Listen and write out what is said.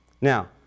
Now